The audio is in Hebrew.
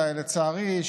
לצערי,